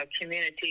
community